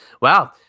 Wow